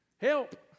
Help